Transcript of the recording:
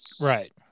Right